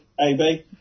AB